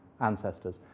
ancestors